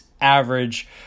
average